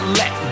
let